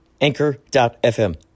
Anchor.fm